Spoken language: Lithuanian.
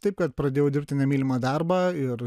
taip kad pradėjau dirbti nemylimą darbą ir